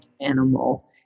animal